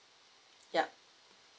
ya